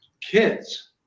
kids